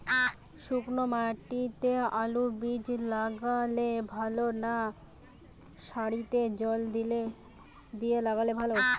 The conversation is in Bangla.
শুক্নো মাটিতে আলুবীজ লাগালে ভালো না সারিতে জল দিয়ে লাগালে ভালো?